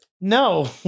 No